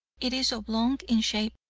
it is oblong in shape,